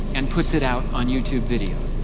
and puts it out on youtube video.